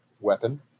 weapon